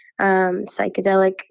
psychedelic